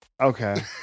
Okay